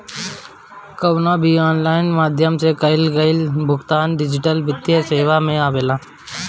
कवनो भी ऑनलाइन माध्यम से कईल गईल भुगतान डिजिटल वित्तीय सेवा में आवेला